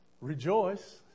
rejoice